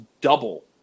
double